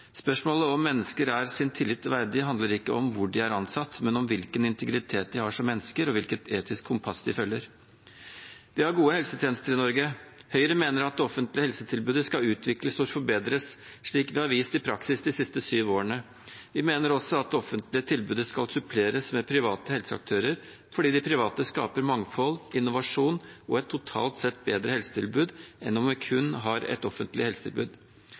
Spørsmålet om mennesker er sin tillit verdig, handler ikke om hvor de er ansatt, men om hvilken integritet de har som mennesker, og hvilket etisk kompass de følger. Vi har gode helsetjenester i Norge. Høyre mener at det offentlige helsetilbudet skal utvikles og forbedres, slik vi har vist i praksis de siste syv årene. Vi mener også at det offentlige tilbudet skal suppleres med private helseaktører fordi de private skaper mangfold, innovasjon og et totalt sett bedre helsetilbud enn om vi kun har et offentlig helsetilbud.